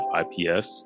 ips